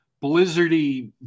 Blizzard-y